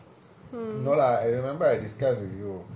no I didn't say I say this week I got